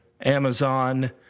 Amazon